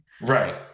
Right